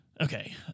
okay